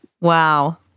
Wow